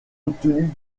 obtenue